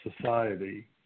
society